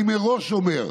אני מראש אומר: